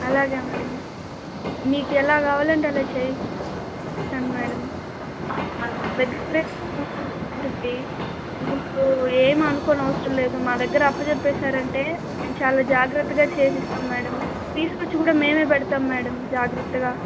అలాగే మేడం మీకెలా కావాలంటే అలా చెయ్యిస్తాను మేడం మా దగ్గరైతే ఉంటుంది ఇంకా మీరు ఏమనుకోనవసరం లేదు మా దగ్గర అప్పచెప్పేశారంటే మేం చాలా జాగ్రత్తగా చేసిస్తాము మేడం తీసుకొచ్చి కూడా మేమే పెడతాము మేడం జాగ్రత్తగా